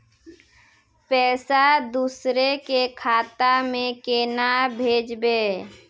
पैसा दूसरे के खाता में केना भेजबे?